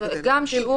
שר